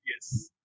yes